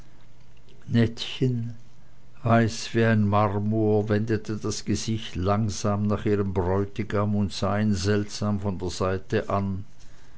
weiß wie ein marmor wendete das gesicht langsam nach ihrem bräutigam und sah ihn seltsam von der seite an